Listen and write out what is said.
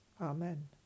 Amen